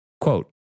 Quote